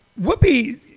Whoopi